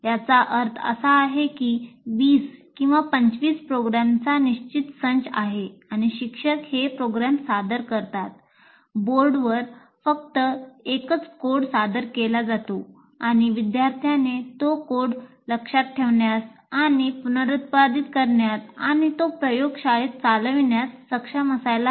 याचा अर्थ असा आहे की 20 किंवा 25 प्रोग्रामचा निश्चित संच आहे आणि शिक्षक हे प्रोग्राम्स सादर करतात बोर्डवर सादर केला जातो आणि विद्यार्थ्याने तो कोड लक्षात ठेवण्यास आणि पुनरुत्पादित करण्यात आणि तो प्रयोगशाळेत चालविण्यात सक्षम असायला हवा